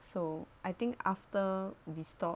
so I think after we stop